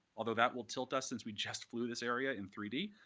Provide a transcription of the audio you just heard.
although that will tilt us since we just flew this area in three d.